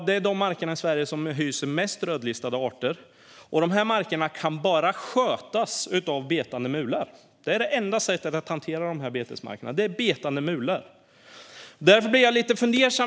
Det är de marker i Sverige som hyser flest rödlistade arter. Dessa marker kan bara skötas av betande mular. Det är det enda sättet att hantera dessa betesmarker.